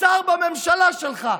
שר בממשלה שלך,